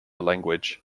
language